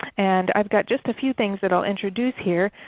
and i've got just a few things that i will introduce here.